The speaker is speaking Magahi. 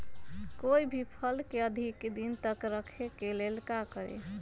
कोई भी फल के अधिक दिन तक रखे के लेल का करी?